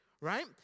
right